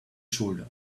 shoulder